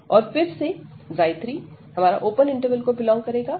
और फिर से 3u1u1αΔα है